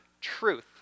truth